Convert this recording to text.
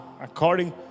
According